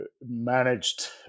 managed